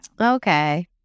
Okay